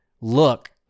look